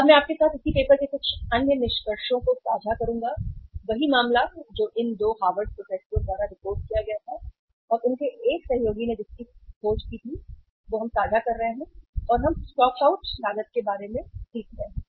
अब मैं आपके साथ उसी पेपर के कुछ अन्य निष्कर्षों को साझा करूंगा वही मामला जो इन 2 हार्वर्ड प्रोफेसरों द्वारा रिपोर्ट किया गया था और उनके एक सहयोगी ने जिसकी खोज हम साझा कर रहे हैं और हम स्टॉक आउट लागत के बारे में सीख रहे हैं